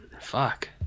Fuck